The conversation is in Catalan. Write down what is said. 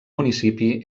municipi